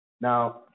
Now